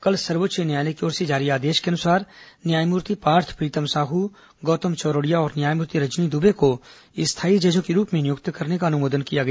कल सर्वोच्च न्यायालय की ओर से जारी आदेश के अनुसार न्यायमूर्ति पार्थ प्रीतम साहू गौतम चौरड़िया और न्यायमूर्ति रजनी दुबे को स्थायी जजों के रूप में नियुक्त करने का अनुमोदन किया गया